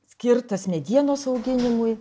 skirtas medienos auginimui